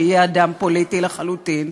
שיהיה אדם פוליטי לחלוטין,